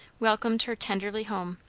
welcomed her tenderly home.